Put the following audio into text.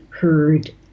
heard